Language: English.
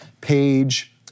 page